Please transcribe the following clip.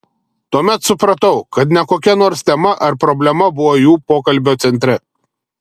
tuomet supratau kad ne kokia nors tema ar problema buvo jų pokalbio centre